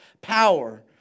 power